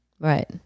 Right